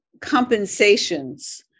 compensations